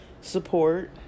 support